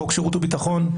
חוק שירות הביטחון,